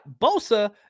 Bosa